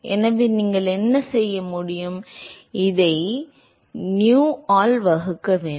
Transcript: எனவே நீங்கள் என்ன செய்ய முடியும் இதை nu ஆல் வகுக்க வேண்டும்